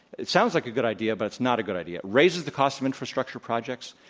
it sounds like a good idea but it's not a good idea. it raises the cost of infrastructure projects.